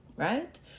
Right